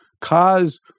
cause